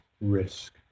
risk